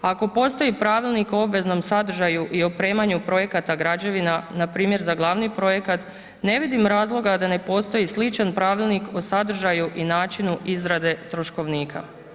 Ako postoji Pravilnik o obveznom sadržaju i opremanju projekata građevina, npr. za glavni projekat, ne vidim razloga da ne postoji sličan pravilnik o sadržaju i načinu izrade troškovnika.